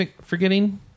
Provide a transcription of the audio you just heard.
forgetting